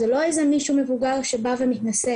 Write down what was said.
זה לא איזה מישהו מבוגר שבא ומתנשא,